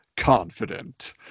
Confident